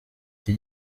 iki